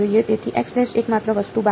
તેથી એકમાત્ર વસ્તુ બાકી છે